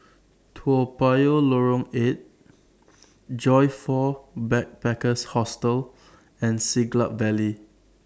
Toa Payoh Lorong eight Joyfor Backpackers' Hostel and Siglap Valley